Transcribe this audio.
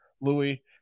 Louis